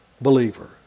believer